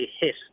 hit